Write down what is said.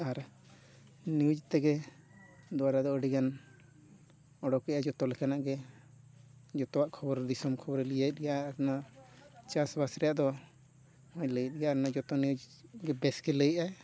ᱟᱨ news ᱛᱮᱜᱮ ᱫᱚᱣᱨᱟ ᱫᱚ ᱟᱹᱰᱤᱜᱟᱱ ᱚᱰᱚᱠᱮᱜᱼᱟ ᱡᱚᱛᱚ ᱞᱮᱠᱟᱱᱟᱜ ᱜᱮ ᱡᱚᱛᱚᱣᱟᱜ ᱠᱷᱚᱵᱚᱨ ᱫᱤᱥᱚᱢ ᱠᱷᱚᱵᱚᱨ ᱤᱭᱟᱹᱭᱮᱫ ᱜᱮᱭᱟ ᱟᱨ ᱚᱱᱟ ᱪᱟᱥᱵᱟᱥ ᱨᱮᱭᱟᱜ ᱫᱚ ᱞᱟᱹᱭᱮᱜ ᱜᱮᱭᱟ ᱡᱚᱛᱚ ᱱᱤᱭᱩᱡᱽ ᱜᱮ ᱵᱮᱥ ᱜᱮ ᱞᱟᱹᱭᱮᱫ ᱟᱭ